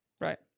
Right